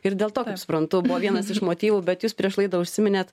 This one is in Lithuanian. ir dėl to kaip suprantu buvo vienas iš motyvų bet jūs prieš laidą užsiminėt